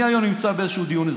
אני היום נמצא באיזה דיון אזרחי,